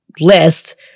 list